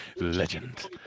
legend